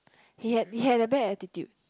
he had he had a bad attitude